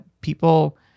people